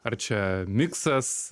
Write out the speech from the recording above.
ar čia miksas